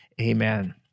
Amen